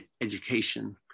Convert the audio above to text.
education